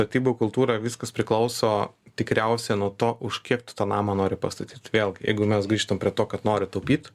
statybų kultūra viskas priklauso tikriausiai nuo to už kiek tu tą namą nori pastatyt vėlgi jeigu mes grįžtam prie to kad nori taupyt